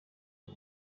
ayo